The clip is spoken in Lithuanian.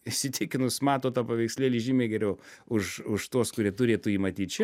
įsitikinus mato tą paveikslėlį žymiai geriau už už tuos kurie turėtų jį matyt čia